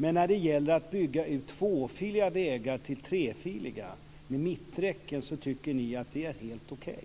Men när det gäller att bygga ut tvåfiliga vägar till trefiliga med mitträcken tycker ni att det är helt okej.